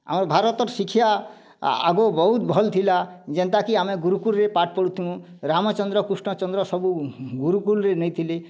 ଆମ ଭାରତର ଶିକ୍ଷା ଆଗୁ ବହୁତ୍ ଭଲ୍ ଥିଲା ଯେନ୍ତାକି ଆମେ ଗୁରୁକୂଲ୍ରେ ପାଠ୍ ପଢ଼ୁଥିମୁ ରାମଚନ୍ଦ୍ର କୃଷ୍ଣଚନ୍ଦ୍ର ସବୁ ଗୁରୁକୂଲ୍ରେ ନେଇଥିଲେ